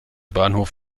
bahnhof